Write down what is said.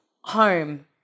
home